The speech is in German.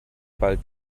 bald